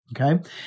Okay